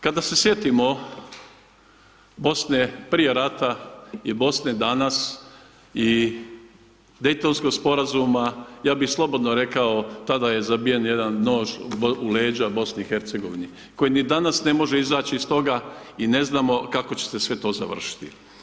Kada se sjetimo BiH prije rata i BiH danas i Dejtonskog Sporazuma, ja bih slobodno rekao, tada je zabijen jedan nož u leđa BiH, koji ni danas ne može izaći iz toga i ne znamo kako će se sve to završiti.